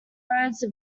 roads